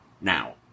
now